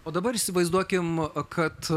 o dabar įsivaizduokim kad